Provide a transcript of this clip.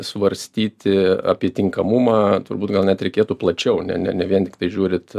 svarstyti apie tinkamumą turbūt gal net reikėtų plačiau ne ne ne vien tiktai žiūrit